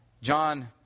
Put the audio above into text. John